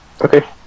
Okay